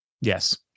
Yes